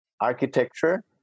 Architecture